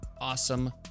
awesome